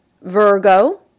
Virgo